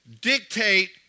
dictate